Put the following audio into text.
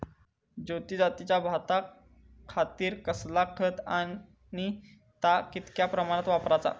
ज्योती जातीच्या भाताखातीर कसला खत आणि ता कितक्या प्रमाणात वापराचा?